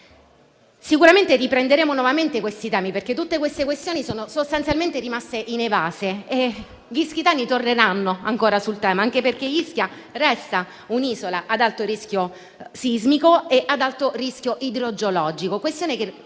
Sicuramente riprenderemo nuovamente questi temi, perché sono tutte questioni rimaste inevase e gli ischitani torneranno ancora sul tema, anche perché Ischia resta un'isola ad alto rischio sismico e ad alto rischio idrogeologico.